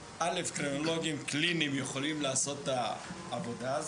קרימינולוגים קליניים יכולים לעשות את העבודה הזאת.